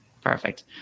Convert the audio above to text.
Perfect